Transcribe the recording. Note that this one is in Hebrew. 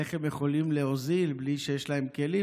איך הם יכולים להוזיל בלי שיש להם כלים?